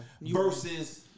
versus